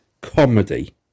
comedy